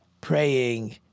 praying